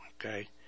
okay